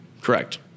Correct